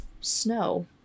snow